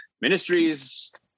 ministries